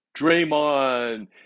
Draymond